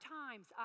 times